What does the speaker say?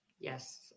Yes